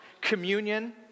communion